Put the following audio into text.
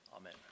amen